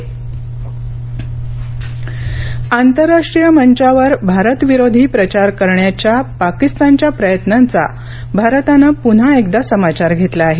पाकिस्तान आंतरराष्ट्रीय मंचावर भारतविरोधी प्रचार करण्याच्या पाकिस्तानच्या प्रयत्नांचा भारतानं प्न्हा एकदा समाचार घेतला आहे